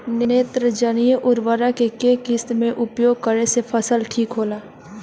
नेत्रजनीय उर्वरक के केय किस्त मे उपयोग करे से फसल ठीक होला?